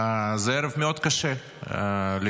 זה ערב מאוד קשה לכולנו.